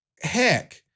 heck